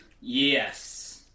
Yes